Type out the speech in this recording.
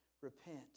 repent